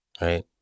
right